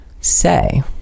say